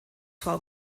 frau